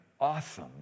awesome